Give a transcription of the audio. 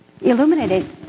illuminated